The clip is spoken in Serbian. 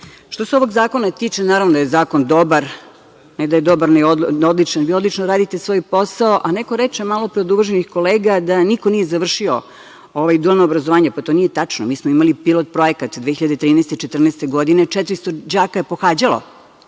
se ovog zakona tiče, naravno da je zakon dobar, ne da je dobar nego je odličan, vi odlično radite svoj posao, a neko reče malo pre od uvaženih kolega da niko nije završio ovo dualno obrazovanje. To nije tačno. Mi smo imali pilot projekat 2013-2014. godine, 400 đaka je pohađalo